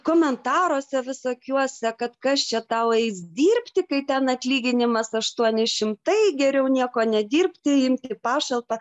komentaruose visokiuose kad kas čia tau eis dirbti kai ten atlyginimas aštuoni šimtai geriau nieko nedirbti imti pašalpą